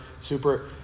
super